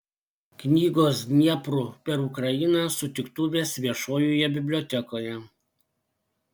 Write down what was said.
knygos dniepru per ukrainą sutiktuvės viešojoje bibliotekoje